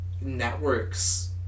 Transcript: network's